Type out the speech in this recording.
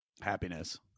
Happiness